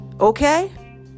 Okay